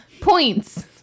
Points